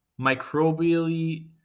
microbially